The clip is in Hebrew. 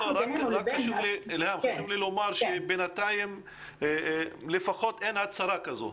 חשוב לי לומר שבינתיים לפחות אין הצהרה כזאת.